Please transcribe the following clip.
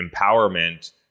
empowerment